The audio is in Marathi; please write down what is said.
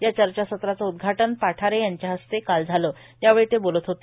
या चर्चासत्राचं उदघाटन पठारे यांच्या हस्ते काल झालं त्यावेळी ते बोलत होते